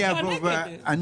אני